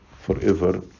forever